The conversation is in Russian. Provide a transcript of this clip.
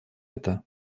это